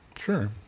sure